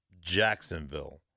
Jacksonville